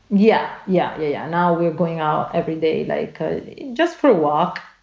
yeah, yeah, yeah. now, we going out every day like ah just for a walk.